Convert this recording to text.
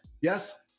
yes